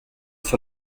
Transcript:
sur